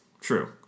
True